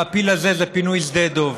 והפיל הזה זה פינוי שדה דב.